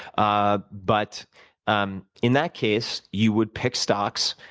ah but um in that case, you would pick stocks,